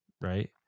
Right